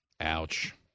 Ouch